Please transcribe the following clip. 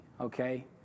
okay